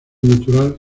natural